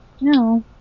No